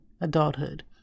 adulthood